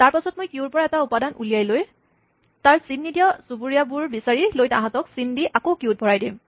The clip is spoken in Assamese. তাৰপাচত মই কিউৰ পৰা এটা উপাদান উলিয়াই লৈ তাৰ চিন নিদিয়া চুবুৰীয়াবোৰ বিচাৰি লৈ তাহাঁতক চিন দি আকৌ কিউত ভৰাই দিম